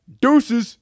Deuces